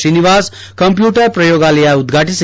Srinivasa computer ಪ್ರಯೋಗಾಲಯ ಉದ್ಘಾಟಿಸಿ